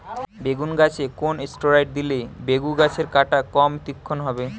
বেগুন গাছে কোন ষ্টেরয়েড দিলে বেগু গাছের কাঁটা কম তীক্ষ্ন হবে?